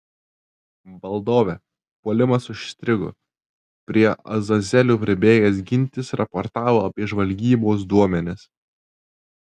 valdove puolimas užstrigo prie azazelio pribėgęs gintis raportavo apie žvalgybos duomenis